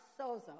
sozo